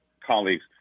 colleagues